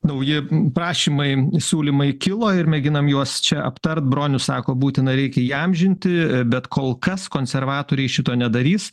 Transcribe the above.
nauji prašymai siūlymai kilo ir mėginam juos čia aptart bronius sako būtina reikia įamžinti bet kol kas konservatoriai šito nedarys